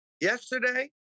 yesterday